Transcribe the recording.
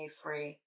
free